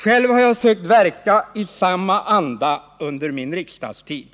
Själv har jag sökt verka i samma anda under min riksdagstid.